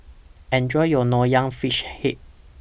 Enjoy your Nonya Fish Head